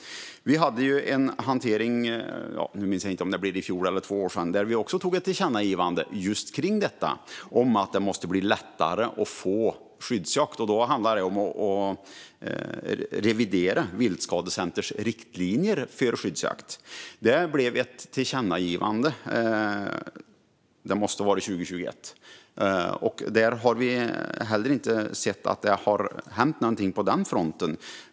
Vi hade en hantering - jag minns inte om det var i fjol eller för två år sedan - där vi tog fram ett tillkännagivande om just detta att det måste bli lättare att få till skyddsjakt. Då handlade det om att revidera Viltskadecenters riktlinjer för skyddsjakt. Det blev ett tillkännagivande 2021, måste det ha varit. Inte heller på den fronten har vi sett att det hänt någonting.